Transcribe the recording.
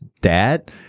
dad